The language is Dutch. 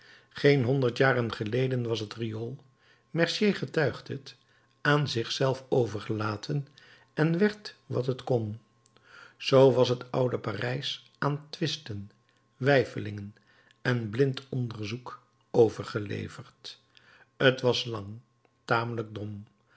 geen honderd jaren geleden was het riool mercier getuigt het aan zich zelf overgelaten en werd wat het kon z was het oude parijs aan twisten weifelingen en blind onderzoek overgeleverd t was lang tamelijk dom